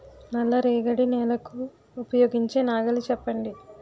నల్ల రేగడి నెలకు ఉపయోగించే నాగలి చెప్పండి?